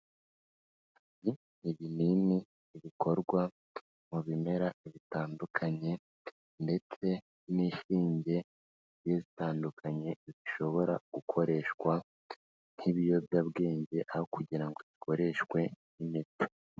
Ibinini bikorwa mu bimera bitandukanye ndetse n'ihinge zitandukanye zishobora gukoreshwa nk'ibiyobyabwenge aho kugira ngo bikoreshwe n'eta.